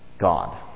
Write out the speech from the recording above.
God